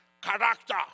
Character